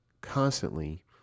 constantly